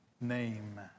name